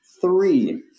three